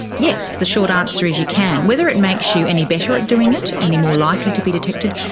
yes, the short answer is you can. whether it makes you any better at doing it, any more likely to be detected,